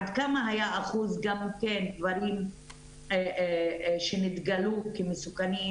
עד כמה היה אחוז הדברים שנתגלו כמסוכנים,